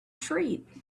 treat